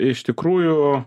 iš tikrųjų